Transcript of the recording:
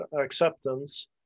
acceptance